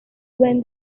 when